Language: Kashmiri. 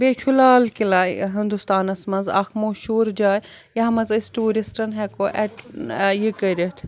بیٚیہِ چھُ لال قلعہ ہِنٛدُستانَس منٛز اَکھ مہشوٗر جاے یَتھ منٛز أسۍ ٹوٗرِسٹَن ہٮ۪کو اٮ۪ٹ یہِ کٔرِتھ